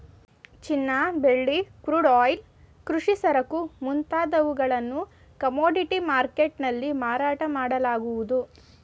ಚಿನ್ನ, ಬೆಳ್ಳಿ, crude oil, ಕೃಷಿ ಸರಕು ಮುಂತಾದವುಗಳನ್ನು ಕಮೋಡಿಟಿ ಮರ್ಕೆಟ್ ನಲ್ಲಿ ಮಾರಾಟ ಮಾಡಲಾಗುವುದು